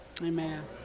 Amen